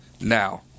now